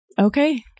okay